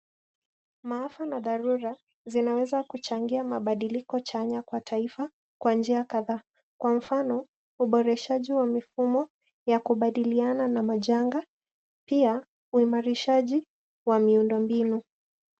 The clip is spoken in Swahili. Maafa na dharura zinaweza kuchangia mabadiliko chanya kwa taifa kwa njia kadhaa. Kwa mfano, uboreshaji wa mifumo ya kubadiliana na majanga, pia uimarishaji wa miundombinu.